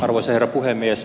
arvoisa herra puhemies